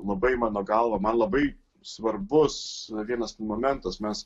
labai mano galva man labai svarbus vienas momentas mes